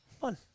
Fun